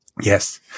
Yes